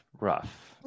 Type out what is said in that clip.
rough